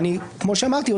כמו שאמרתי,